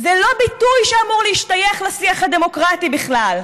זה לא ביטוי שאמור להשתייך לשיח הדמוקרטי בכלל.